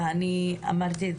אמרתי,